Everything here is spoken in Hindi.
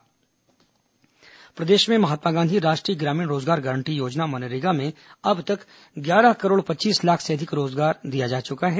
मनरेगा रोजगार प्रदेश में महात्मा गांधी राष्ट्रीय ग्रामीण रोजगार गारंटी योजना मनरेगा में अब तक ग्यारह करोड़ पच्चीस लाख से अधिक का रोजगार दिया जा चुका है